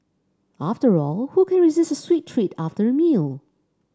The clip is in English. after all who can resist a sweet treat after a meal